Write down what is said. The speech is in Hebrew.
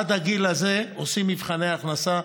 עד הגיל הזה עושים מבחני הכנסה.